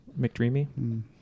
McDreamy